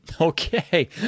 okay